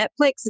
Netflix